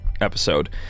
episode